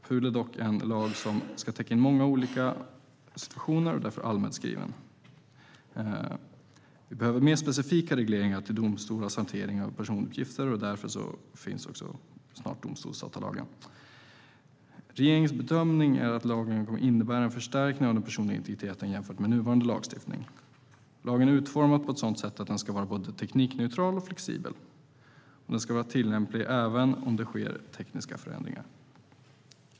PUL är dock en lag som ska täcka in många olika situationer, och den är därför allmänt skriven. Det behövs mer specifika regler för domstolarnas hantering av personuppgifter. Därför finns också snart domstolsdatalagen. Regeringens bedömning är att lagen kommer att innebära en förstärkning av den personliga integriteten jämfört med nuvarande lagstiftning. Lagen är utformad på ett sådant sätt att den ska vara både teknikneutral och flexibel, och den ska vara tillämplig även om det sker tekniska förändringar.